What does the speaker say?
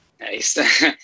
Nice